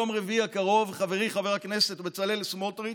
ביום רביעי הקרוב חברי חבר הכנסת בצלאל סמוטריץ'